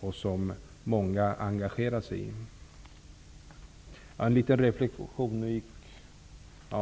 och som många engagerar sig i.